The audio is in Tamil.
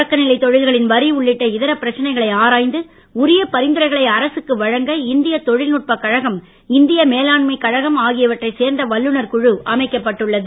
தொடக்கநிலைத் தொழில்களின் வரி உள்ளிட்ட இதர பிரச்சனைகளை ஆராய்ந்து உரிய பரிந்துரைகளை அரசுக்கு வழங்க இந்தியத் தொழில்நுட்பக் கழகம் இந்திய மேலாண்மை கழகம் ஆகியவற்றைச் சேர்ந்த வல்லுனர் குழு அமைக்கப்பட்டுள்ளது